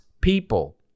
people